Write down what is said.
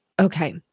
Okay